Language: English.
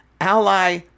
ally